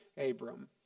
Abram